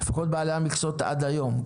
לפחות בעלי המכסות עד היום.